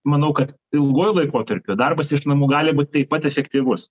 manau kad ilguoju laikotarpiu darbas iš namų gali būt taip pat efektyvus